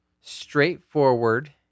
straightforward